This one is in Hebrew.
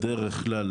בדרך כלל,